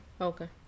Okay